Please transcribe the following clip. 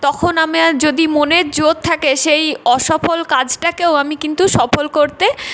তখন আমার যদি মনের জোর থাকে সেই অসফল কাজটাকেও আমি কিন্তু সফল করতে